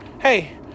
hey